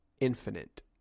Infinite